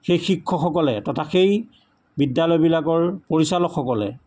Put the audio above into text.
সেই শিক্ষকসকলে তথা সেই বিদ্যালয়বিলাকৰ পৰিচালকসকলে